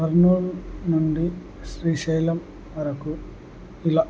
కర్నూల్ నుండి శ్రీశైలం వరకు ఇలా